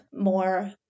more